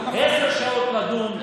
10 שעות לדון,